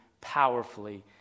powerfully